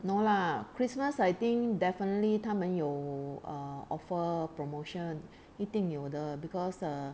no lah christmas I think definitely 他们有 err offer promotion 一定有的 because err